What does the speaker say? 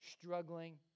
Struggling